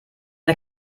der